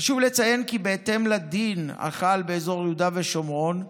חשוב לציין כי בהתאם לדין החל באזור יהודה ושומרון,